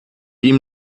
ihm